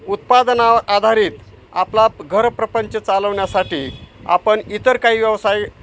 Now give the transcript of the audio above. उत्पादनावर आधारित आपला घरप्रपंच चालवण्यासाठी आपण इतर काही व्यवसाय